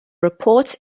report